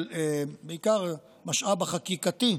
בעיקר המשאב החקיקתי,